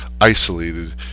isolated